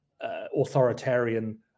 authoritarian